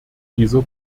dieser